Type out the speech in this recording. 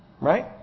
Right